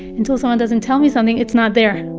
until someone doesn't tell me something, it's not there.